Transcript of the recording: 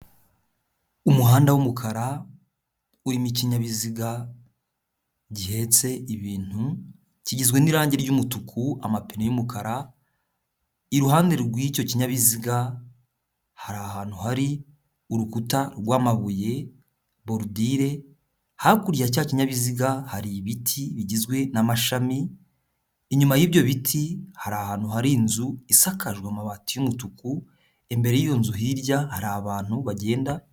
Umuhanda w'umukara urimo ikinyabiziga gihetse ibintu kigizwe n'irangi ry'umutuku amapine y'umukara, iruhande rw'icyo kinyabiziga hari ahantu hari urukuta rw'amabuye borudire, hakurya ya cya kinyabiziga hari ibiti bigizwe n'amashami, inyuma y'ibyo biti hari ahantu hari inzu isakajwe amabati y'umutuku, imbere y'iyo nzu hirya hari abantu bagenda.